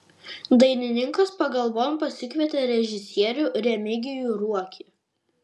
dainininkas pagalbon pasikvietė režisierių remigijų ruokį